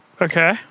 Okay